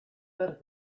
zer